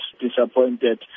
disappointed